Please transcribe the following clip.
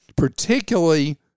particularly